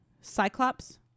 Cyclops